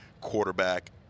quarterback